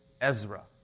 Ezra